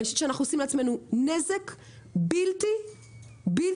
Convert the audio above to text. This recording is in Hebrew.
אני חושבת שאנחנו עושים לעצמנו נזק בלתי הפיך